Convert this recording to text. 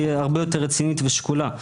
היא הרבה יותר רצינית ושקולה.